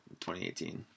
2018